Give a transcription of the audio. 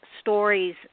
stories